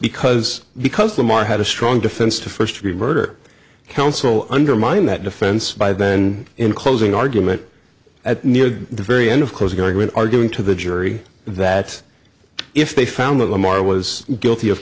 because because lamar had a strong defense to first degree murder counsel undermined that defense by then in closing argument at near the very end of closing argument arguing to the jury that if they found that lamar was guilty of